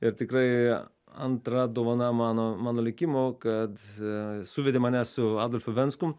ir tikrai antra dovana mano mano likimo kad suvedė mane su adolfu venskum